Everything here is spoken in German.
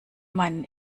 meinen